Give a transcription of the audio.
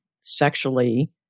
sexually